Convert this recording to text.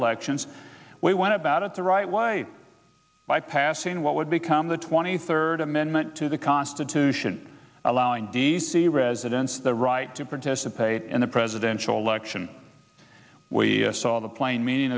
elections we went about it the right way by passing what would become the twenty third amendment to the constitution allowing d c residents the right to participate in the presidential election we saw the plain meaning